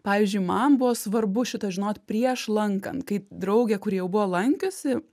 pavyzdžiui man buvo svarbu šitą žinot prieš lankant kai draugė kuri jau buvo lankiusi